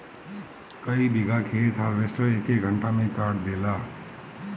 कई बिगहा खेत हार्वेस्टर एके घंटा में काट देला